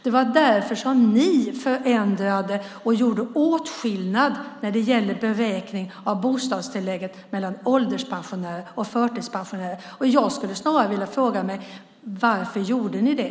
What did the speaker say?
Det var därför ni förändrade och gjorde åtskillnad när det gäller beräkning av bostadstillägget mellan ålderspensionärer och förtidspensionärer. Jag skulle snarare vilja fråga: Varför gjorde ni det?